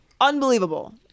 unbelievable